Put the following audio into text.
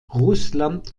russland